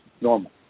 normal